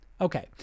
Okay